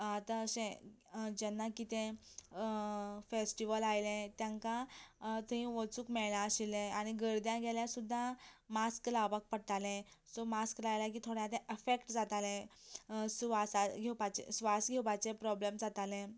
आतां अशें की जेन्ना कितें फेस्टीव्हल आयले तेंकां थंय वचूंक मेळना आशिल्ले आनी गर्द्यांक गेल्यार सुद्दां मास्क लावपाक पडटालें सो मास्क लायलें की थोड्यांक एफेक्ट जातालें सुवास घेवपाचे श्वास घेवपाचे प्रोब्लेम जातालें